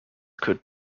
could